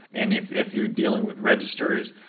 and if if you're dealing with registers,